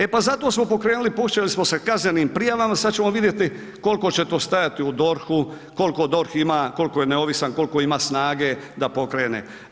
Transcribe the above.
E pa zato smo pokrenuli …/nerazumljivo/… se kaznenim prijavama sad ćemo vidjeti koliko će to stajati u DORH-u, koliko DORH ima, koliko je neovisan, koliko ima snage da pokrene.